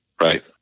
Right